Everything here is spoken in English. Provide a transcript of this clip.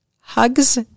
Hugs